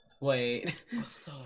Wait